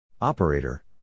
Operator